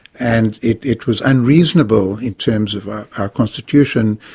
and it it was unreasonable in terms of our constitution,